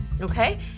Okay